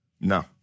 No